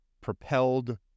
propelled